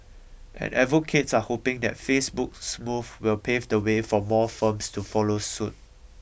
and advocates are hoping that Facebook's move will pave the way for more firms to follow suit